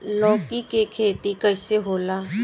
लौकी के खेती कइसे होला?